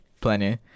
plenty